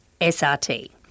SRT